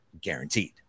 guaranteed